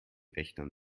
wächtern